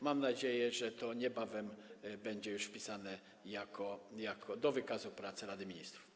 Mam nadzieję, że to niebawem będzie już wpisane do wykazu pracy Rady Ministrów.